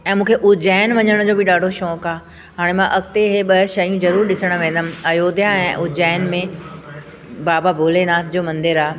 ऐं मूंखे उज्जैन वञण जो बि ॾाढो शौक़ु आहे हाणे मां अॻिते इहे ॿ शयूं ज़रूरु ॾिसणु वेंदमि अयोध्या ऐं उज्जैन में बाबा भोलेनाथ जो मंदरु आहे